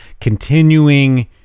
continuing